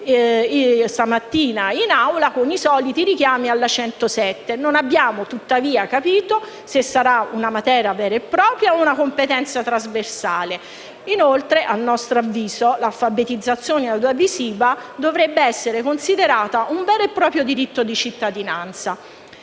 questa mattina in Assemblea con i soliti richiami alla legge n. 107 del 2015. Non abbiamo tuttavia capito se sarà una materia vera e propria o una competenza trasversale. Inoltre - a nostro avviso - l’alfabetizzazione audiovisiva dovrebbe essere considerata un vero e proprio diritto di cittadinanza.